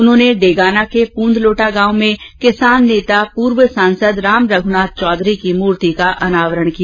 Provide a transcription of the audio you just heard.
उन्होंने डेगाना के पूंदलोटा गांव में किसान नेता पूर्व सांसद राम रघुनाथ चौधरी की मूर्ति का अनावरण किया